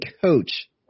coach